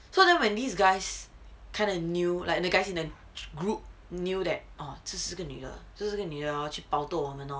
so then when these guys kind of knew like the guys in the group knew that orh 就是这个女的就是这个女的 hor 去 bao toh 我们